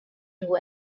nhw